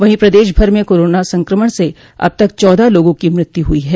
वहीं प्रदेश भर में कोरोना संक्रमण से अब तक चौदह लोगों को मृत्यु हुई है